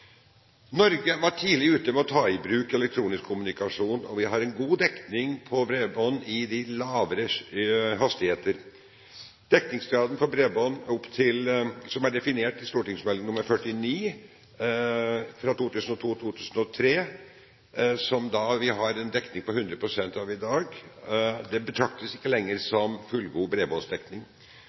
Norge var tidlig ute med å ta i bruk elektronisk kommunikasjon, og vi har en god dekning på bredbånd i de lavere hastigheter. Dekningsgraden for bredbånd, som er definert i St.meld. nr. 49 for 2002–2003, der vi har en dekning på 100 pst. i dag, betraktes ikke lenger som fullgod bredbåndsdekning.